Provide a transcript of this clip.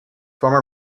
former